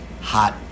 hot